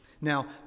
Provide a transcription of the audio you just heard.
Now